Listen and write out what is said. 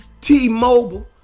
T-Mobile